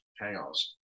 chaos